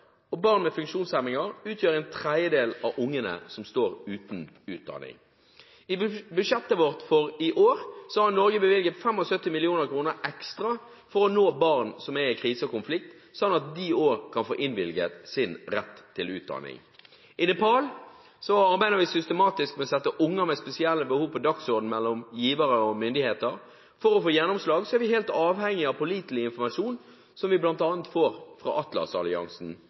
og barn med funksjonshemninger utgjør en tredjedel av barna som står uten utdanning. I budsjettet vårt for i år har Norge bevilget 75 mill. kr ekstra for å nå barn som er i krise og konflikt, sånn at de også kan få innvilget sin rett til utdanning. I Nepal arbeider vi systematisk med å sette unger med spesielle behov på dagsordenen mellom givere og myndigheter. For å få gjennomslag er vi helt avhengig av pålitelig informasjon, som vi bl.a. får fra